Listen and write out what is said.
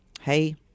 hey